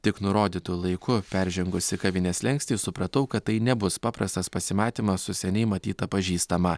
tik nurodytu laiku peržengusi kavinės slenkstį supratau kad tai nebus paprastas pasimatymas su seniai matyta pažįstama